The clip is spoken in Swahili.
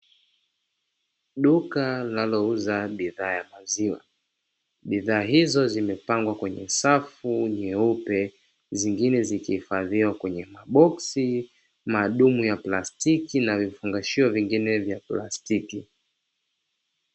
Duka linalouza bidhaa ya maziwa, bidhaa hizo zimepangwa kwenye safu nyeupe zingine zikihifadhiwa kwenye maboksi, madumu ya plastiki na vifungashio vingine vya plastiki.